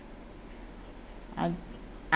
uh uh